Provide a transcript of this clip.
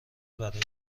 برای